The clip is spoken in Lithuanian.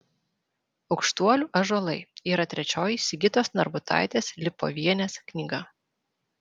aukštuolių ąžuolai yra trečioji sigitos narbutaitės lipovienės knyga